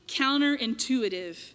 counterintuitive